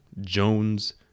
Jones